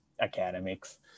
academics